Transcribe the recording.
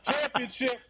Championship